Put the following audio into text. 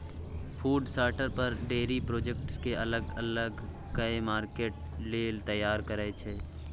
food शार्टर फर, dairy product केँ अलग अलग कए मार्केट लेल तैयार करय छै